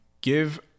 give